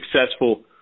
successful